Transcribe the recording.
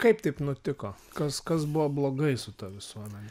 kaip taip nutiko kas kas buvo blogai su ta visuomene